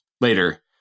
later